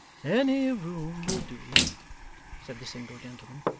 any room will do said the single gentleman.